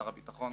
שר הביטחון,